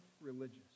religious